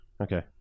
Okay